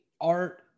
art